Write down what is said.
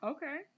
Okay